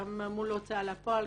גם מול ההוצאה לפועל,